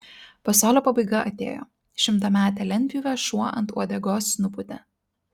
pasaulio pabaiga atėjo šimtametę lentpjūvę šuo ant uodegos nupūtė